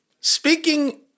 speaking